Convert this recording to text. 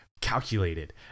calculated